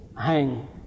hang